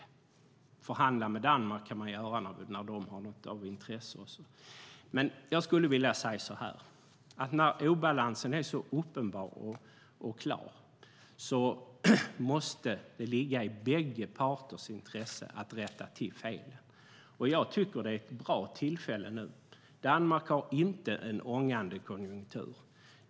Man kan förhandla med Danmark när de har något av intresse för oss. Men jag skulle vilja säga att när obalansen är så uppenbar och klar måste det ligga i båda parters intresse att rätta till felen. Jag tycker att det är ett bra tillfälle nu. Danmark har inte en ångande konjunktur.